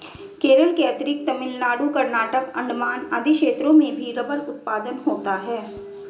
केरल के अतिरिक्त तमिलनाडु, कर्नाटक, अण्डमान आदि क्षेत्रों में भी रबर उत्पादन होता है